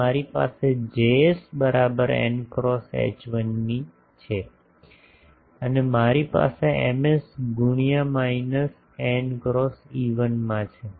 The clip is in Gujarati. અને મારી પાસે Js બરાબર n ક્રોસ H1 ની છે અને મારી પાસે Ms ગુણ્યાં માઇનસ એન ક્રોસ E1 માં છે